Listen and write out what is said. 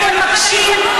אתם מקשים.